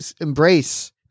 embrace